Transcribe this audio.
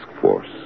force